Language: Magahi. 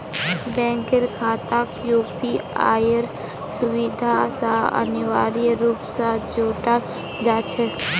बैंकेर खाताक यूपीआईर सुविधा स अनिवार्य रूप स जोडाल जा छेक